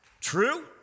True